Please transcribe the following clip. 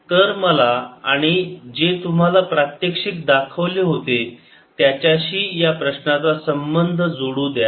V220 614 V तर मला आम्ही जे तुम्हाला प्रात्यक्षिक दाखवले होते त्याच्याशी या प्रश्नाचा संबंध जोडू द्या